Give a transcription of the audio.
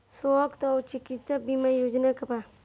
स्वस्थ और चिकित्सा बीमा योजना का बा?